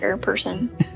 person